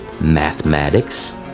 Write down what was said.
mathematics